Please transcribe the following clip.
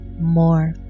more